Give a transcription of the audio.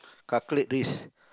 calculate risk